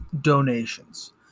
donations